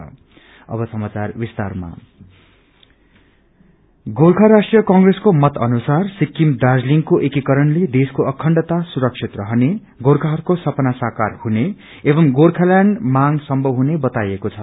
GRC Gorkha राष्ट्रीय कंग्रेसको कत अनुसार सिकिम दार्जीलिङको एकिकरणले देशको अखण्डता सुरक्षित रहने गोर्खाहरूको सपना साकार हुने एंव गोर्खाल्याण्ड मांग संभव हुने बताएको छ